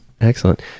Excellent